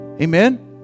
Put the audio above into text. Amen